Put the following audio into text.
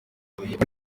uruhare